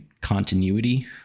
continuity